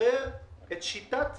שנאשרר את שיטת